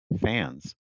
fans